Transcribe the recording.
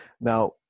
Now